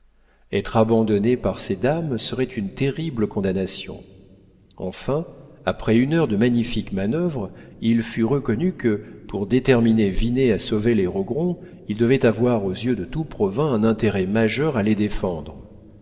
être abandonnés par ces dames serait une terrible condamnation enfin après une heure de magnifiques manœuvres il fut reconnu que pour déterminer vinet à sauver les rogron il devait avoir aux yeux de tout provins un intérêt majeur à les défendre